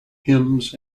hymns